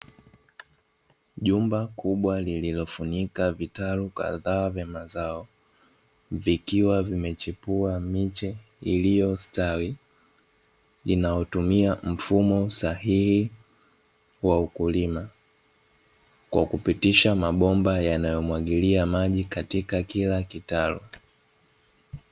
Jumba kubwa lililofunika vitalu kadhaa vyama zao, zikiwa zimechipua miche iliyostawi. Inayotumia mfumo sahihi wa ukulima, kwa kupitisha mabomba yanayomwagilia maji, katika kila kitalu.